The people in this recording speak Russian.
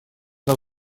нас